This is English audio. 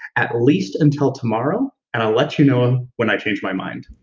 at least until tomorrow, and i'll let you know um when i change my mind.